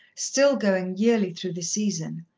still going yearly through the season,